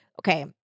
Okay